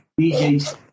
DJs